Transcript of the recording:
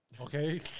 Okay